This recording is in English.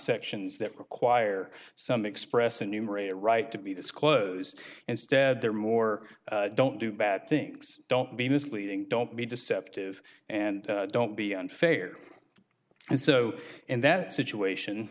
sections that require some express the numerator right to be disclosed instead they're more don't do bad things don't be misleading don't be deceptive and don't be unfair and so in that situation